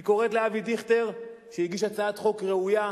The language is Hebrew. היא קוראת לאבי דיכטר שהגיש הצעת חוק ראויה,